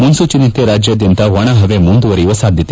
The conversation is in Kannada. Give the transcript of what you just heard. ಮುನ್ಸೂಚನೆಯಂತೆ ರಾಜ್ಯಾದ್ಯಂತ ಒಣಹವೆ ಮುಂದುವರೆಯುವ ಸಾಧ್ಯತೆ